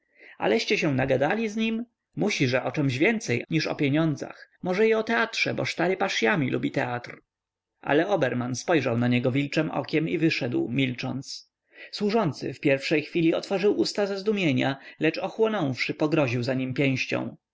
inkasent aleście się nagadali z nim musi że o czemś więcej niż o pieniądzach może i o teatrze bo stary paszyami lubi teatr ale oberman spojrzał na niego wilczem okiem i wyszedł milcząc służący w pierwszej chwili otworzył usta ze zdumienia lecz ochłonąwszy pogroził za nim pięścią